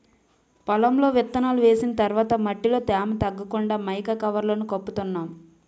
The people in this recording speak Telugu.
పొలంలో విత్తనాలు వేసిన తర్వాత మట్టిలో తేమ తగ్గకుండా మైకా కవర్లను కప్పుతున్నాం